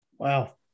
Wow